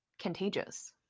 contagious